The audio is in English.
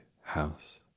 house